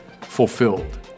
fulfilled